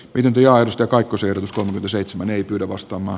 pidempi aidosta kaikkosi uskomme seitsemän ei pyydä vasta maa